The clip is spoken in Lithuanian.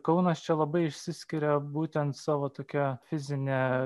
kaunas čia labai išsiskiria būtent savo tokia fizine